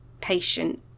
patient